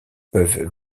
peuvent